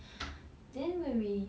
then when we